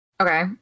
Okay